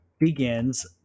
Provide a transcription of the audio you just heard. Begins